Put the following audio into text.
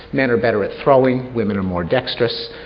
men are better at throwing, women are more dexterous.